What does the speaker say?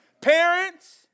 Parents